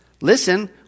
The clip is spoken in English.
listen